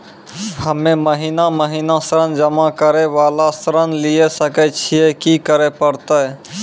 हम्मे महीना महीना ऋण जमा करे वाला ऋण लिये सकय छियै, की करे परतै?